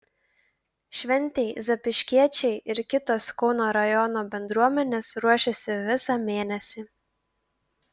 šventei zapyškiečiai ir kitos kauno rajono bendruomenės ruošėsi visą mėnesį